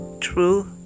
True